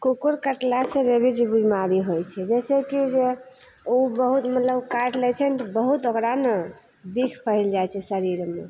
कुकुर काटलासे रेबीज बिमारी होइ छै जाहिसेकि जे ओ बहुत मतलब काटि लै छै ने तऽ बहुत ओकरामे बिख फैलि जाइ छै शरीरमे